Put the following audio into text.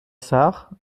sarre